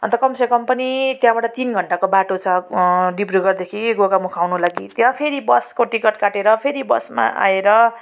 अन्त कमसे कम पनि त्यहाँबाट तिन घण्टाको बाटो छ डिब्रुगढदेखि गोगामुख आउनु लागि त्यहाँ फेरि बसको टिकट काटेर फेरि बसमा आएर